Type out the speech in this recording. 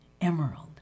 emerald